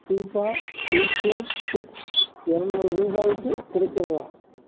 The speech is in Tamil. டிபா பீட்ரூட் சிப்ஸ் இரநூறு ரூபாய்க்கு கிடைக்கிறதா